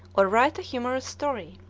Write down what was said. or write a humorous story.